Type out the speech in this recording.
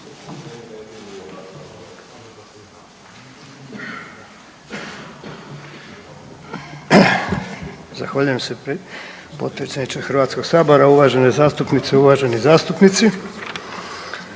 Zahvaljujem se potpredsjedniče HS-a, uvažene zastupnice, uvaženi zastupnici.